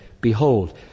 behold